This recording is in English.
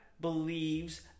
believes